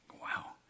Wow